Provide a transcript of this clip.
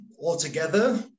altogether